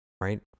right